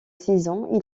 saison